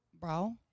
bro